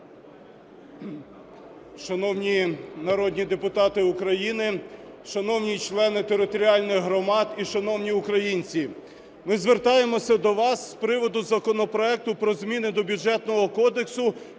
Шановні народні депутати України, шановні члени територіальних громад і шановні українці! Ми звертаємося до вас з приводу законопроекту про зміни до Бюджетного кодексу